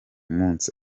munsi